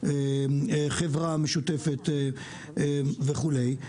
חברה משותפת וכולי.